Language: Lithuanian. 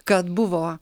kad buvo